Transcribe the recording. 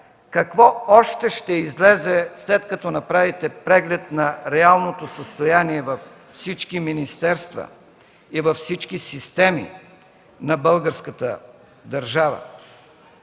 какво още ще излезе, след като направите преглед на реалното състояние във всички министерства и във всички системи на българската държава.